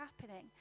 happening